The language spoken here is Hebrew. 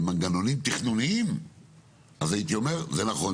מנגנונים תכנוניים אז הייתי אומר שזה נכון,